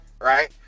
right